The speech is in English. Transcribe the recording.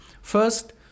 first